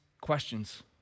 questions